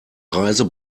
reise